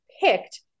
picked